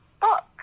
book